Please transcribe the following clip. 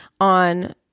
on